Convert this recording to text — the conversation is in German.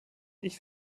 ich